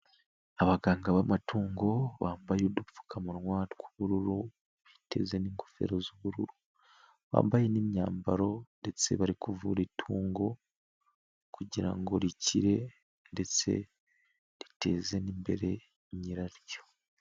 Abaganga b'amatungo bambaye udupfukamunwa tw'ubururu biteze n'ingofero z'ubururu, bambaye n'imyambaro ndetse bari kuvura itungo kugira ngo rikire ndetse riteze n'imbere nyiraryo.